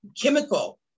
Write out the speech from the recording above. chemical